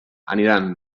aniran